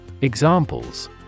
Examples